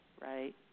right